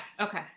Okay